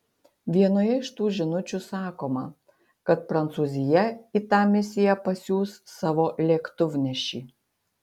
vienoje iš tų žinučių sakoma kad prancūzija į tą misiją pasiųs savo lėktuvnešį